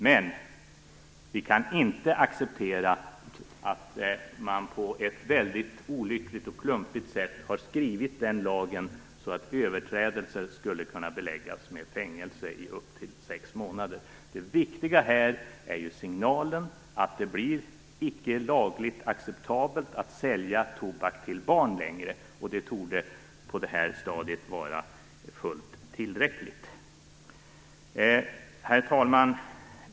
Men vi kan inte acceptera att man på ett väldigt olyckligt och klumpigt sätt har skrivit den lagen på ett sådant sätt att överträdelser skulle kunna resultera i fängelse i upp till sex månader. Det viktiga är ju signalen att det inte längre kommer att vara lagligt att sälja tobak till barn. Det torde på detta stadium vara fullt tillräckligt. Herr talman!